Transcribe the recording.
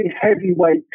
heavyweight